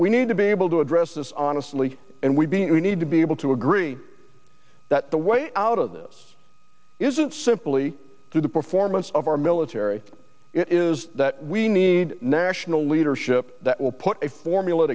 we need to be able to address this honestly and we being we need to be able to agree that the way out of this isn't simply through the performance of our military it is that we need national leadership that will put a formula